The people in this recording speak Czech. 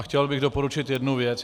Chtěl bych doporučit jednu věc.